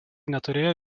neturėjo